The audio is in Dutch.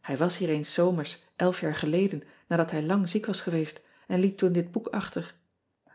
ij was hier eens s zomers jaar geleden nadat hij lang ziek was geweest en liet toen dit boek achter